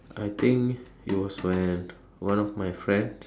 I think it was when one of my friends